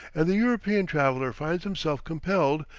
and the european traveller finds himself compelled,